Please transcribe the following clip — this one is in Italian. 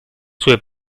sue